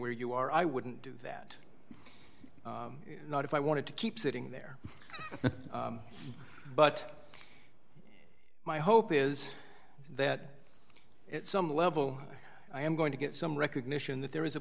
where you are i wouldn't do that not if i wanted to keep sitting there but my hope is that it's some level i am going to get some recognition that there is a